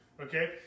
Okay